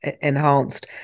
enhanced